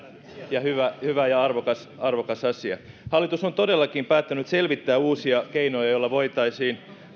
hyvä hyvä ja arvokas arvokas asia hallitus on todellakin päättänyt selvittää uusia keinoja joilla voitaisiin